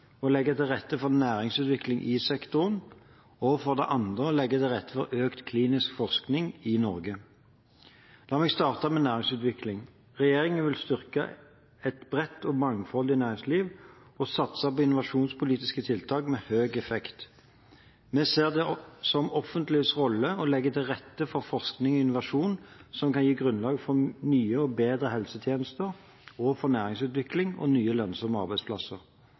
å legge til rette for næringsutvikling i sektoren og for det andre å legge til rette for økt klinisk forskning i Norge. La meg starte med næringsutvikling. Regjeringen vil styrke et bredt og mangfoldig næringsliv og satser på innovasjonspolitiske tiltak med høy effekt. Vi ser det som det offentliges rolle å legge til rette for forskning og innovasjon som kan gi grunnlag for nye og bedre helsetjenester og for næringsutvikling og nye, lønnsomme arbeidsplasser.